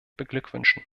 beglückwünschen